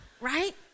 right